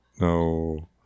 no